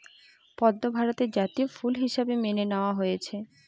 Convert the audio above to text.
পদ্ম ভারতের জাতীয় ফুল হিসাবে মেনে নেওয়া হয়েছে